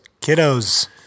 Kiddos